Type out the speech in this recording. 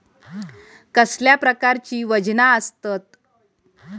कसल्या प्रकारची वजना आसतत?